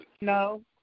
no